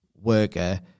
worker